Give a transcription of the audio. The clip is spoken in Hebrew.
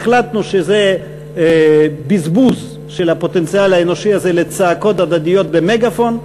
החלטנו שזה בזבוז של הפוטנציאל האנושי הזה לצעקות הדדיות במגאפון,